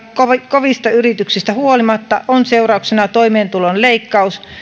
kovista yrityksistä huolimatta on seurauksena toimeentulon leikkaus